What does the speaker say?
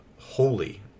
holy